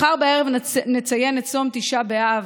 מחר בערב נציין את צום ט' באב,